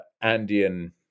Andean